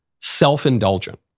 self-indulgent